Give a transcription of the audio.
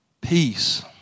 Peace